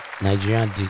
Nigerian